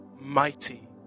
mighty